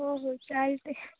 हो हो चालते